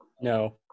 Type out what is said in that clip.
No